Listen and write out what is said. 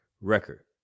record